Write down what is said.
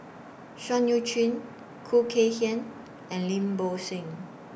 Seah EU Chin Khoo Kay Hian and Lim Bo Seng